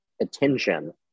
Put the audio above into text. attention